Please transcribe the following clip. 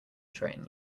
train